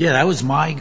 yeah i was m